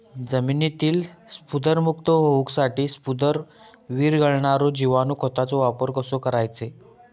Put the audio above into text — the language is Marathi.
जमिनीतील स्फुदरमुक्त होऊसाठीक स्फुदर वीरघळनारो जिवाणू खताचो वापर कसो करायचो?